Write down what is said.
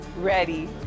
Ready